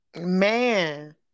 man